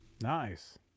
nice